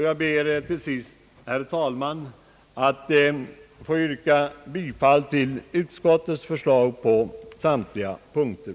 Jag ber till sist, herr talman, att få yrka bifall till utskottets förslag på samtliga punkter.